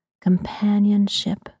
companionship